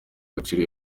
agaciro